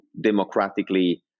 democratically